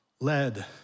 led